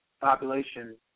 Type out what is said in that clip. population